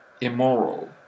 immoral